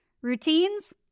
Routines